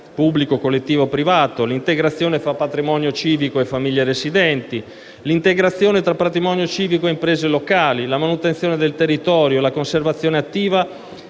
(pubblico, collettivo, privato), l'integrazione fra patrimonio civico e famiglie residenti, l'integrazione tra patrimonio civico e imprese locali, la manutenzione del territorio, la conservazione attiva